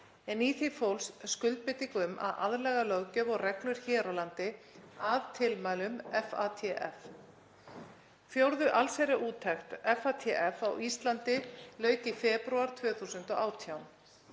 en í því fólst skuldbinding um að aðlaga löggjöf og reglur hér á landi að tilmælum FATF. Fjórðu allsherjarúttekt FATF á Íslandi lauk í febrúar 2018.